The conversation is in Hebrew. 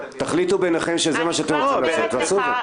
תחליטו ביניכם שזה מה שאתם רוצים לעשות ותעשו את זה.